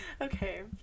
Okay